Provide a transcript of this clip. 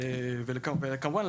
וכמובן,